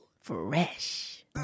Fresh